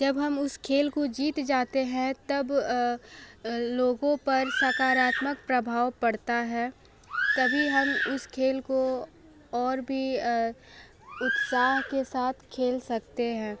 जब हम उस खेल को जीत जाते हैं तब लोगों पर सकारात्मक प्रभाव पड़ता है तभी हम उस खेल को और भी उत्साह के साथ खेल सकते हैं